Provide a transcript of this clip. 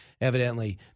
Evidently